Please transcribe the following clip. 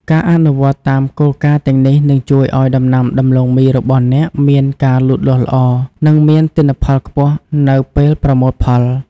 ការអនុវត្តតាមគោលការណ៍ទាំងនេះនឹងជួយឱ្យដំណាំដំឡូងមីរបស់អ្នកមានការលូតលាស់ល្អ និងមានទិន្នផលខ្ពស់នៅពេលប្រមូលផល។